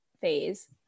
phase